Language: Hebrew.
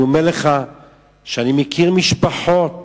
אני אומר לך שאני מכיר משפחות